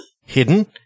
Hidden